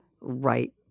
right